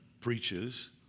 preaches